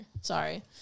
Sorry